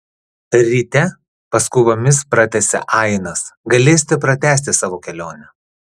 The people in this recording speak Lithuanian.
ryte paskubomis pratęsė ainas galėsite pratęsti savo kelionę